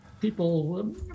people